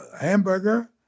hamburger